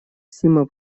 сима